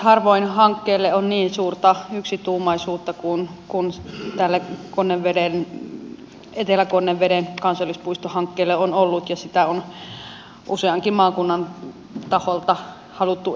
harvoin hankkeelle on niin suurta yksituumaisuutta kuin tälle etelä konneveden kansallispuistohankkeelle on ollut ja sitä on useankin maakunnan taholta haluttu edistää